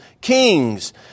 kings